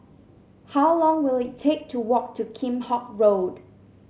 how long will it take to walk to Kheam Hock Road